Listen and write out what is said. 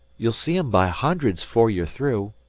you'll see em by hundreds fore ye're through.